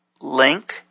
Link